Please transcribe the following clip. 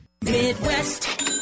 Midwest